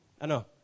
ano